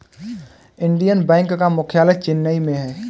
Indian Bank का मुख्यालय चेन्नई में है